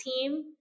team